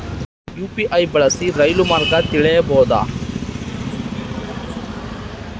UPI ಬಳಸಿ ರೈಲು ಮಾರ್ಗ ತಿಳೇಬೋದ?